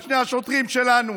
את שני השוטרים שלנו